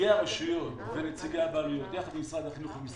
נציגי הרשויות ונציגי הבעלויות יחד עם משרד החינוך ומשרד